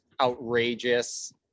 outrageous